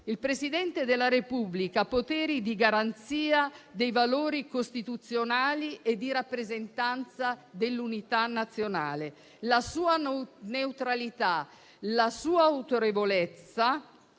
Il Presidente della Repubblica ha poteri di garanzia dei valori costituzionali e di rappresentanza dell'unità nazionale. La sua neutralità e la sua autorevolezza